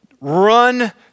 run